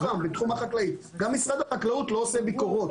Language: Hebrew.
גם משרד החקלאות לא עושה ביקורות,